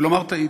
לומר "טעיתי"